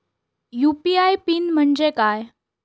UPI PIN म्हणजे काय?